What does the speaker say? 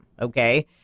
Okay